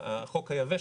החוק היבש,